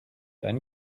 ein